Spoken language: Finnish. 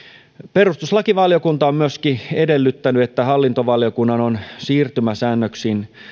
perustuslakivaliokunta on myöskin edellyttänyt että hallintovaliokunnan on siirtymäsäännöksin